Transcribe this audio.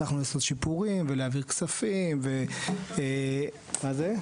הצלחנו לעשות שיפורים ולהעביר כספים, ומה זה?